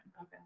Okay